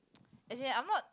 as in I'm not